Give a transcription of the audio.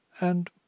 And